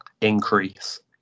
increase